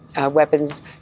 weapons